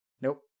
Nope